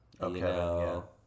Okay